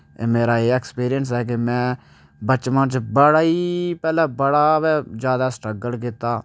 मेरा एह् ऐक्सपीरियंस ऐ कि में बचपन च बड़ा ई मतलब बड़ा गै जैदा स्ट्रगल कीता